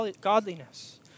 godliness